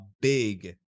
big